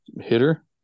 hitter